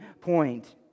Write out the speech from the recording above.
point